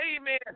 amen